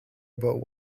about